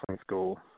school